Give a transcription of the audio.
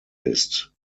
ist